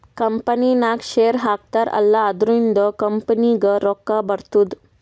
ಕಂಪನಿನಾಗ್ ಶೇರ್ ಹಾಕ್ತಾರ್ ಅಲ್ಲಾ ಅದುರಿಂದ್ನು ಕಂಪನಿಗ್ ರೊಕ್ಕಾ ಬರ್ತುದ್